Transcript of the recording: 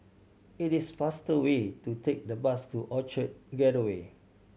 it is faster way to take the bus to Orchard Gateway